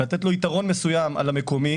לתת לו יתרון מסוים על המקומי